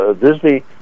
Disney